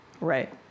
Right